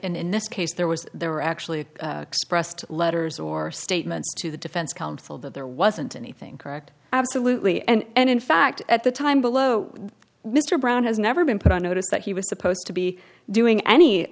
and in this case there was there were actually expressed letters or statements to the defense counsel that there wasn't anything correct absolutely and in fact at the time below mr brown has never been put on notice that he was supposed to be doing any